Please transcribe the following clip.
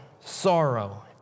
Sorrow